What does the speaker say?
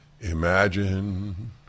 imagine